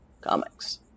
comics